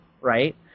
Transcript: right